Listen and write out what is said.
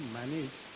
manage